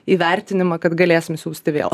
įvertinimą kad galėsim siųsti vėl